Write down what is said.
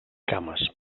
cames